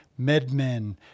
MedMen